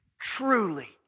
truly